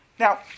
Now